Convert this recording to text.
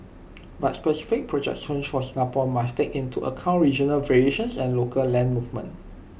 but specific projections for Singapore must take into account regional variations and local land movements